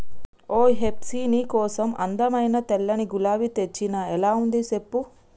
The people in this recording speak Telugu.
ఓయ్ హెప్సీ నీ కోసం అందమైన తెల్లని గులాబీ తెచ్చిన ఎలా ఉంది సెప్పు